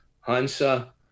Hansa